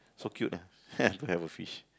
so cute ah to have a fish